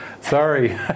sorry